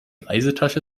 reisetasche